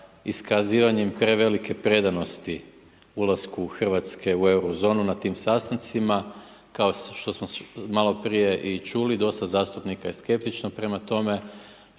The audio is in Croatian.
prevelike predanosti ulaske Hrvatske u euro zonu na tim sastancima, kao što smo i malo prije i čuli dosta zastupnika je skeptično prema tome.